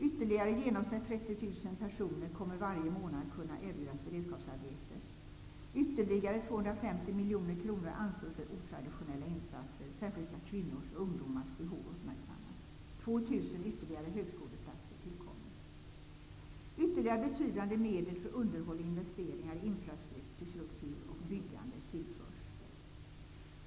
Ytterligare i genomsnitt 30 000 personer kommer varje månad att kunna erbjudas beredskapsarbete. Ytterligare 250 miljoner kronor anslås för otraditionella insatser. Särskilt skall kvinnors och ungdomars behov uppmärksammas. Ytterligare betydande medel för underhåll och investeringar i infrastruktur och byggande tillförs.